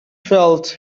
felt